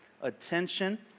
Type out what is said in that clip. attention